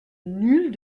nulle